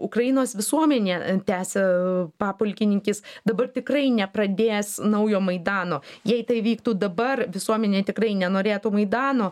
ukrainos visuomenė tęsia papulkininkis dabar tikrai nepradės naujo maidano jei tai vyktų dabar visuomenė tikrai nenorėtų maidano